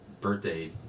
birthday